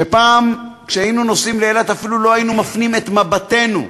פעם כשהיינו נוסעים לאילת אפילו לא היינו מפנים את מבטנו: